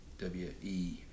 W-E